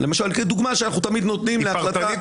למשל דוגמה שאנחנו תמיד נותנים להחלטה